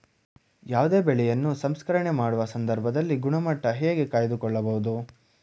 ಯಾವುದೇ ಬೆಳೆಯನ್ನು ಸಂಸ್ಕರಣೆ ಮಾಡುವ ಸಂದರ್ಭದಲ್ಲಿ ಗುಣಮಟ್ಟ ಹೇಗೆ ಕಾಯ್ದು ಕೊಳ್ಳಬಹುದು?